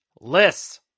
lists